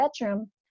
bedroom